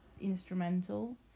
instrumental